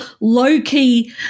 low-key